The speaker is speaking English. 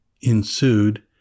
ensued